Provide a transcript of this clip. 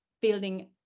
building